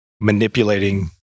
manipulating